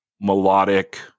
melodic